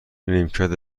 نیمکت